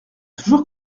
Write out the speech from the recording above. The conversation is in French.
toujours